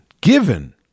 given